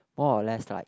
more or less like